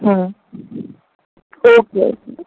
hmm okay okay